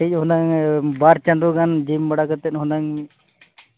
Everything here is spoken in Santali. ᱠᱟᱹᱴᱤᱡ ᱦᱩᱱᱟᱹᱜ ᱵᱟᱨ ᱪᱟᱸᱫᱚ ᱜᱟᱱ ᱡᱤᱢ ᱵᱟᱲᱟ ᱠᱟᱛᱮᱫ ᱦᱩᱱᱟᱹᱝ